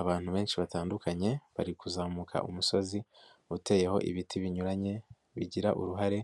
Abantu benshi batandukanye, bari kuzamuka umusozi uteyeho ibiti binyuranye, bigira uruhare